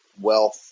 wealth